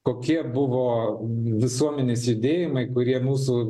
kokie buvo visuomenės judėjimai kurie mūsų